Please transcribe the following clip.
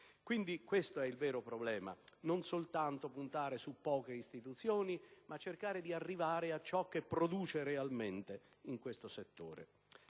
quindi il vero problema: non soltanto puntare su poche istituzioni, ma cercare di arrivare a ciò che produce realmente in questo settore.